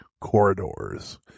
corridors